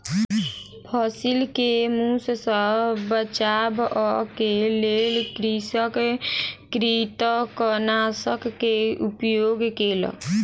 फसिल के मूस सॅ बचाबअ के लेल कृषक कृंतकनाशक के उपयोग केलक